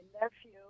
nephew